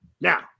Now